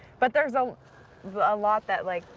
but there's a ah lot that like,